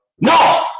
No